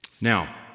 Now